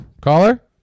Caller